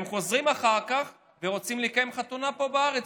הם חוזרים אחר כך ורוצים לקיים חתונה פה בארץ,